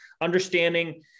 understanding